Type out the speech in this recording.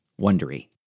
wondery